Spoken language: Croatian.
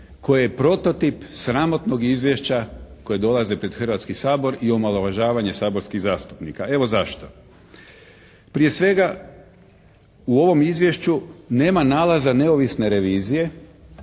koje je prototip sramotnog izvješća koje dolaze pred Hrvatski sabor i omalovažavanje saborskih zastupnika. Evo zašto. Prije svega u ovom Izvješću nema nalaza neovisne revizije,